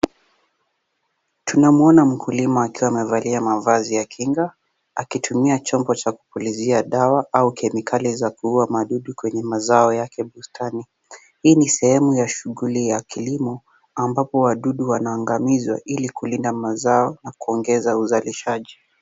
Tunamwona mkulima akiwa amevalia mavazi ya kinga akitumia chombo cha kupulizia dawa au kemikali za kuuwa madudu kwenye mazao yake bustani, hii ni sehemu ya shughuli ya kilimo ambapo wadudu wanaangamizwa ili kulinda mazao na kuongeza uzalishaji.